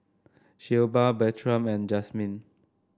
Shelba Bertram and Jazmyne